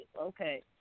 okay